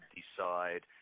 decide